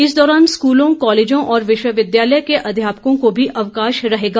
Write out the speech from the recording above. इस दौरान स्कूलों कॉलेजों और विश्वविद्यालयों के अध्यापकों को भी अवकाश रहेगा